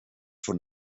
von